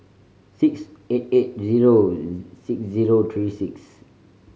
six eight eight zero six zero three six